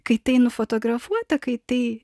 kai tai nufotografuota kai tai